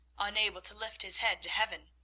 unable to lift his head to heaven.